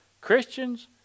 Christians